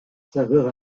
saveur